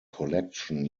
collection